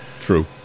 True